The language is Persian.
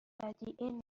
ودیعه